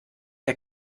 der